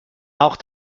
auch